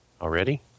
Already